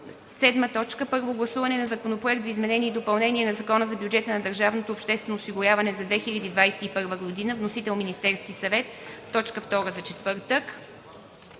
2021 г. 7. Първо гласуване на Законопроекта за изменение и допълнение на Закона за бюджета на държавното обществено осигуряване за 2021 г. Вносител – Министерският съвет, точка втора за четвъртък,